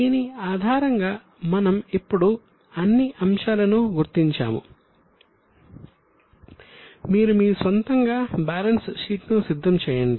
దీని ఆధారంగా మనం ఇప్పుడు అన్ని అంశాలను గుర్తించాము మీరు మీ స్వంతంగా బ్యాలెన్స్ షీట్ ను సిద్ధం చేయండి